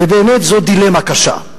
באמת, זו דילמה קשה.